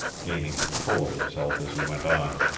gaining control of himself as he went on.